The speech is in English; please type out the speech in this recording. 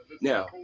Now